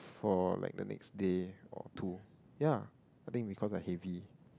for like the next day or two ya I think because I heavy